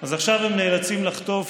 אז עכשיו הם נאלצים לחטוף